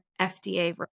FDA